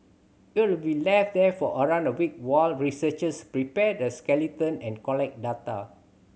it will be left there for around a week while researchers prepare the skeleton and collect data